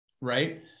right